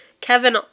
Kevin